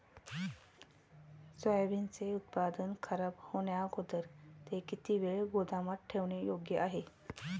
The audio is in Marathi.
सोयाबीनचे उत्पादन खराब होण्याअगोदर ते किती वेळ गोदामात ठेवणे योग्य आहे?